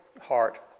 heart